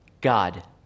God